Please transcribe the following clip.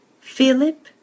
Philip